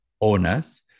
owners